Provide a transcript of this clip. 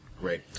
Great